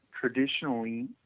traditionally